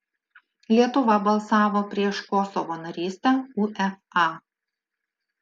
lietuva balsavo prieš kosovo narystę uefa